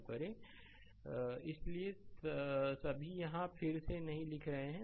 slide समय देखें 0940 इसलिए सभी यहां फिर से नहीं लिख रहे हैं